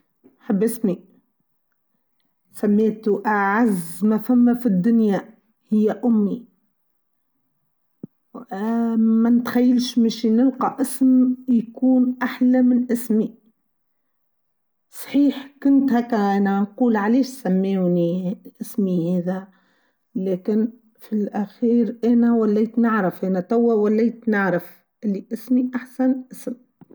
نحب إسمي سميته أعز ما فما في الدنيا هى أمي اااا ما نتخيلش مش نلقى إسم يكون أحلى من إسمي صحيح كنت هاكا أنا نقول عليه سموني إسمي هاذا لاكن في الأخير أنا وليت نعرف أنا تاوو وليت نعرف إن إسمي أحسن إسم.